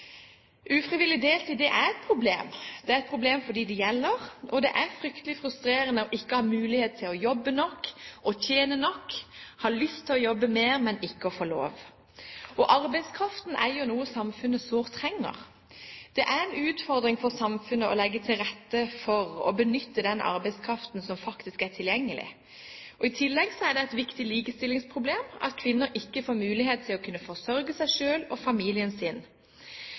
Ufrivillig deltid er et problem. Det er et problem for dem det gjelder. Det er fryktelig frustrerende ikke å ha mulighet til å jobbe nok og tjene nok, at man har lyst til å jobbe mer, men ikke får lov. Arbeidskraften er jo noe samfunnet sårt trenger. Det er en utfordring for samfunnet å legge til rette for å benytte den arbeidskraften som faktisk er tilgjengelig. I tillegg er det et viktig likestillingsproblem at kvinner ikke får mulighet til å kunne forsørge seg selv og familien sin.